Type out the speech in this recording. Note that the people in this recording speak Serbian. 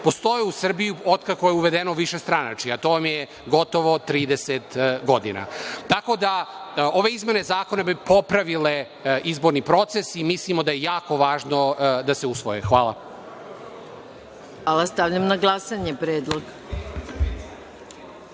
postoji u Srbiji od kako je uvedeno višestranačje, a to vam je gotovo 30 godina. Tako da, ove izmene zakone bi popravile izborni proces i mislimo da je jako važno da se usvoje. Hvala. **Maja Gojković** Hvala. Stavljam na glasanje ovaj